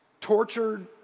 tortured